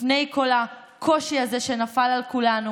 לפני כל הקושי הזה שנפל על כולנו